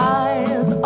eyes